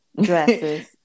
dresses